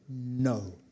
no